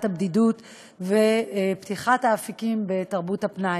הבדידות ופתיחת האפיקים בתרבות הפנאי.